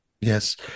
Yes